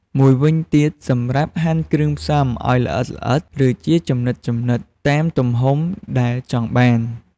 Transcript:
មួយវិញទៀត សម្រាប់ហាន់គ្រឿងផ្សំឲ្យល្អិតៗ ឬជាចំណិតៗ តាមទំហំដែលចង់បាន។